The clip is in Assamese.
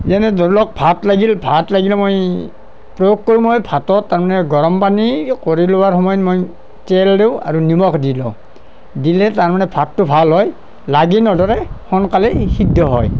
যেনে ধৰি লওঁক ভাত লাগিল ভাত লাগিলে মই গৰমপানী কৰি লোৱাৰ সময়ত মই তেল দিওঁ আৰু নিমখ দি লওঁ দিলে তাৰমানে ভাতটো ভাল হয় লাগি নধৰে সোনকালে সিদ্ধ হয়